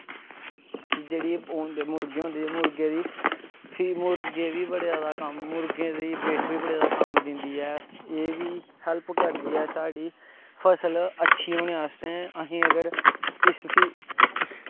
फिर जेह्ड़े एह् होंदे मुर्गे होंदे मुर्गे दी फिर मुर्गे बी बड़े जादा कम्म मुर्गें दी बिट्ठ बी बड़ा जादा कम्म दिंदी ऐ एह् बी हैल्प करदी ऐ साढ़ी फसल अच्छी होने आस्तै असें अगर इस गी इस